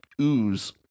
ooze